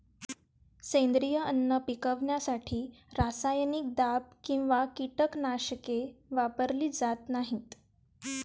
सेंद्रिय अन्न पिकवण्यासाठी रासायनिक दाब किंवा कीटकनाशके वापरली जात नाहीत